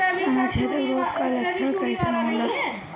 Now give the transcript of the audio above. तना छेदक रोग का लक्षण कइसन होला?